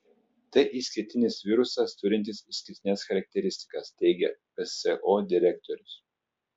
tai išskirtinis virusas turintis išskirtines charakteristikas teigia pso direktorius